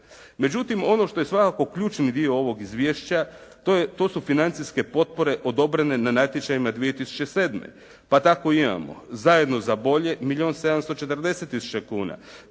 Međutim ono što je svakako ključni dio ovog izvješća, to su financijske potpore odobrene na natječajima 2007. pa tako imamo Zajedno za bolje milijun